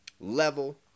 level